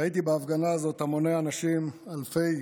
ראיתי בהפגנה הזאת המוני אנשים, אלפי